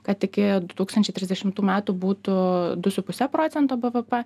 kad iki du tūkstančiai trisdešimtų metų būtų du su puse procento bvp